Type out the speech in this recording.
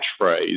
catchphrase